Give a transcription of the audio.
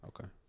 Okay